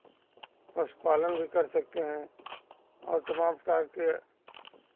पशुपालन भी कर सकते हैं और तमाम प्रकार के